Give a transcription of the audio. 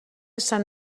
sant